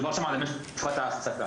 מדובר שם על משך תקופת ההעסקה